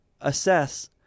assess